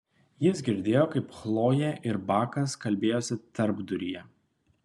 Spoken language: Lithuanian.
jis girdėjo kaip chlojė ir bakas kalbėjosi tarpduryje